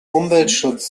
umweltschutz